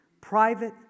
private